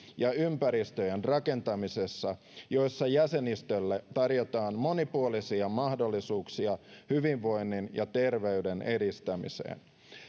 ja ympäristöjen rakentamisessa joissa jäsenistölle tarjotaan monipuolisia mahdollisuuksia hyvinvoinnin ja terveyden edistämiseen